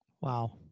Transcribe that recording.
Wow